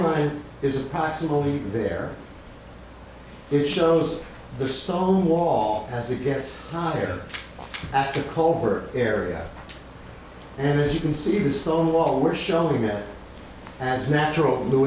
line is approximately there it shows the song wall as it gets higher after colver area and as you can see the stone wall were showing it as natural